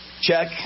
check